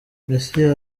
messi